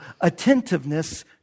attentiveness